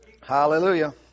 Hallelujah